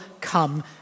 come